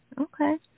Okay